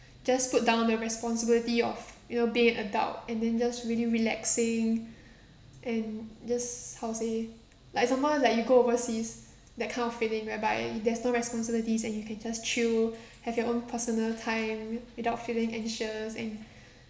just put down the responsibility of you know being adult and then just really relaxing and just how to say like example like you go overseas that kind of feeling whereby there's no responsibilities and you can just chill have your own personal time without feeling anxious and